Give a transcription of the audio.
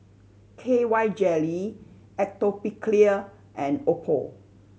K Y Jelly Atopiclair and Oppo